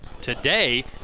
today